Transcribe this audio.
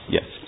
Yes